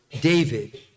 David